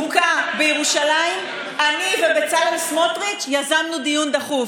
הוכה בירושלים אני ובצלאל סמוטריץ' יזמנו דיון דחוף,